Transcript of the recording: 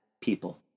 people